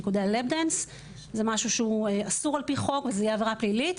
ריקודי ה"לאפ דאנס" זה משהו שהוא אסור על פי חוק וזה יהיה עבירה פלילית,